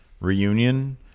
reunion